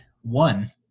one